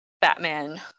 Batman